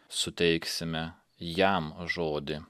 suteiksime jam žodį